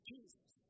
Jesus